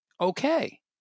Okay